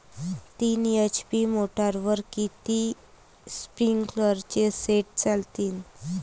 तीन एच.पी मोटरवर किती स्प्रिंकलरचे सेट चालतीन?